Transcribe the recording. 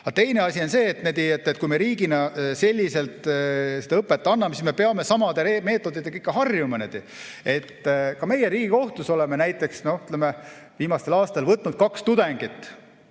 teine asi on see, et kui me riigina seda õpet selliselt anname, siis me peame samade meetoditega harjuma. Ka meie Riigikohtus oleme näiteks viimastel aastatel võtnud kaks tudengit